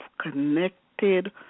connected